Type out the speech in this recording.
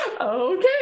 Okay